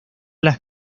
las